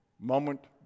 moment